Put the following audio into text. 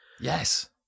Yes